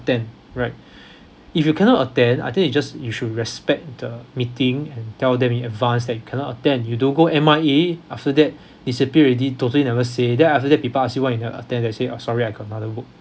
right if you cannot attend I think you just you should respect the meeting and tell them in advance that you cannot attend you don't go M_I_A after that disappear already totally never say then after that people ask you why you never attend then you'll say oh sorry I got another work